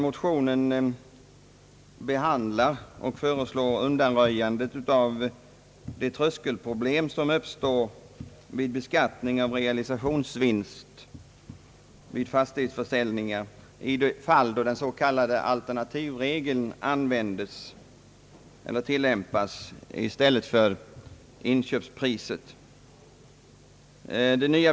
Motionerna föreslår undanröjande av de tröskelproblem som uppstår vid beskattning av realisationsvinst vid fastighetsförsäljning i fall då den s.k. alternativregeln tillämpas i stället för inköpspriset.